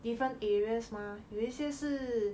different areas mah 有一些是